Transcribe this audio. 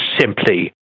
simply